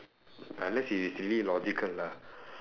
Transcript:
unless he's really logical lah